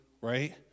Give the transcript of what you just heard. right